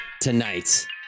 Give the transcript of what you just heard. tonight